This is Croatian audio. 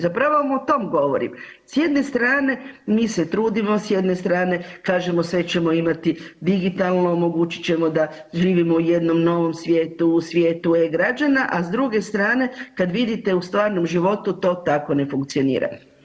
Zapravo vam o tom govorim, s jedne strane mi se trudimo, s jedne strane kažemo sve ćemo imati digitalno, omogućit ćemo da živimo u jednom novom svijetu, svijetu e-građana, a s druge strane kad vidite u stvarnom životu to tako ne funkcionira.